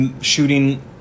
shooting